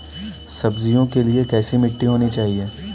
सब्जियों के लिए कैसी मिट्टी होनी चाहिए?